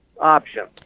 option